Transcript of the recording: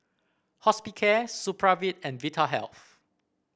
Hospicare Supravit and Vitahealth